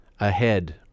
ahead